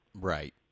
Right